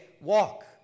walk